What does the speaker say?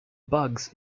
bugs